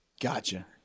Gotcha